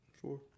Sure